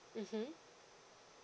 mmhmm